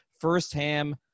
firsthand